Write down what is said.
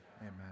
Amen